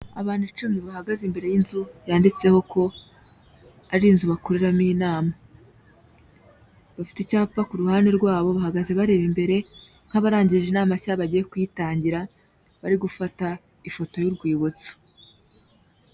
Abantu icumi bahagaze imbere y'inzu yanditseho ko ari inzu bakoreramo inama, bafite icyapa ku ruhande rwabo bahagaze bareba imbere nk'abarangije inama cyangwa bagiye kuyitangira, bari gufata ifoto y'urwibutso.